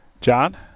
John